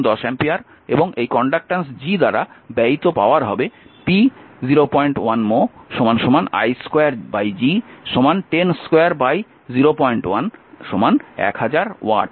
সুতরাং এই conductance G দ্বারা ব্যয়িত পাওয়ার হবে p 01 mho i2 G 2 01 1000 watt